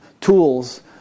tools